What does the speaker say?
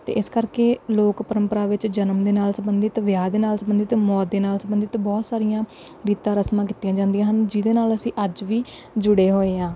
ਅਤੇ ਇਸ ਕਰਕੇ ਲੋਕ ਪਰੰਪਰਾ ਵਿੱਚ ਜਨਮ ਦੇ ਨਾਲ ਸੰਬੰਧਿਤ ਵਿਆਹ ਦੇ ਨਾਲ ਸੰਬੰਧਿਤ ਮੌਤ ਦੇ ਨਾਲ ਸੰਬੰਧਿਤ ਬਹੁਤ ਸਾਰੀਆਂ ਰੀਤਾਂ ਰਸਮਾਂ ਕੀਤੀਆਂ ਜਾਂਦੀਆਂ ਹਨ ਜਿਹਦੇ ਨਾਲ ਅਸੀਂ ਅੱਜ ਵੀ ਜੁੜੇ ਹੋਏ ਹਾਂ